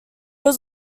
was